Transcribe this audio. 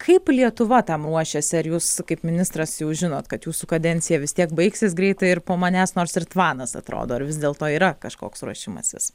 kaip lietuva tam ruošiasi ar jūs kaip ministras jau žinot kad jūsų kadencija vis tiek baigsis greitai ir po manęs nors ir tvanas atrodo ar vis dėlto yra kažkoks ruošimasis